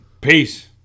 Peace